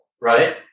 right